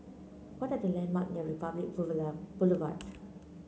what are the landmark near Republic Boulevard